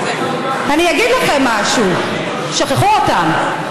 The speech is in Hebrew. אני אגיד לכם משהו: שכחו אותם.